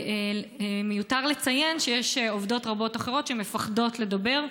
ומיותר לציין שיש עובדות רבות אחרות שמפחדות לדבר.